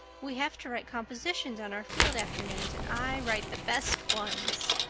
we have to write compositions on our field afternoons and i write the best ones.